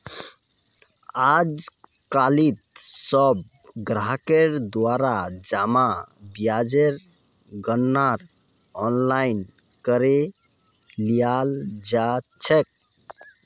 आजकालित सब ग्राहकेर द्वारा जमा ब्याजेर गणनार आनलाइन करे लियाल जा छेक